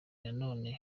nanone